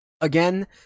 Again